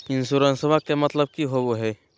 इंसोरेंसेबा के मतलब की होवे है?